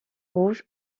rouge